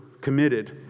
committed